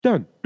Done